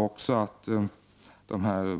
Och